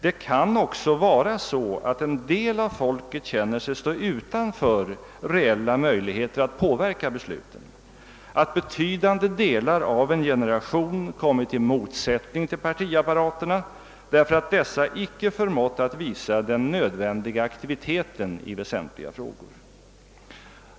Det kan också vara så att en del av folket känner sig stå utanför reella möjligheter att påverka besluten, att betydande delar av en generation kommit i motsättning till partiapparaterna därför att dessa icke förmått att visa den nödvändiga aktiviteten i väsentliga frågor.